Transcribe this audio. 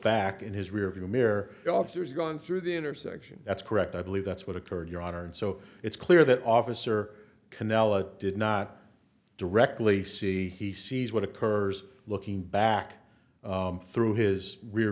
back in his rear view mirror officers going through the intersection that's correct i believe that's what occurred your honor and so it's clear that officer canela did not directly see he sees what occurs looking back through his rear